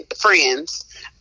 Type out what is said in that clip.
friends